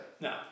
no